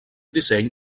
disseny